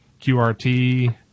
QRT